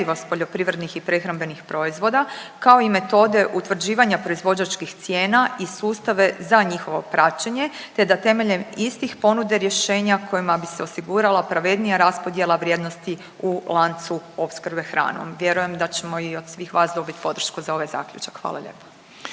poljoprivrednih i prehrambenih proizvoda kao i metode utvrđivanja proizvođačkih cijena i sustave za njihovo praćenje te da temeljem istih ponude rješenja kojima bi se osigurala pravednija raspodjela vrijednosti u lancu opskrbe hranom. Vjerujem da ćemo i od svih vas dobiti podršku za ovaj zaključak. Hvala lijepa.